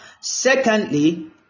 secondly